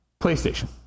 PlayStation